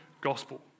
gospel